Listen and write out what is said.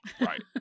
Right